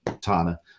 Tana